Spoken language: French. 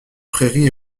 prairies